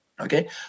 okay